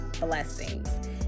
blessings